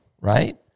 Right